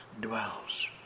dwells